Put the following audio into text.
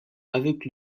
avec